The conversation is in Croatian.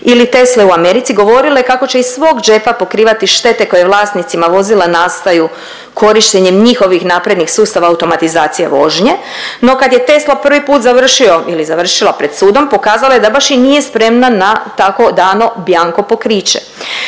ili Tesle u Americi govorile kako će iz svog džepa pokrivati štete koje vlasnicima vozila nastaju korištenjem njihovih naprednih sustava automatizacije vožnje. No kad je Tesla prvi put završio ili završila pred sudom pokazalo je da baš i nije spremna na tako dano bjanko pokriće.